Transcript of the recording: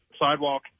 sidewalk